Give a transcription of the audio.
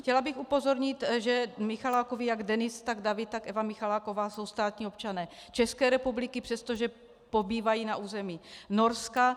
Chtěla bych upozornit, že Michalákovi, jak Denis, tak David, tak Eva Michaláková jsou státní občané České republiky, přestože pobývají na území Norska.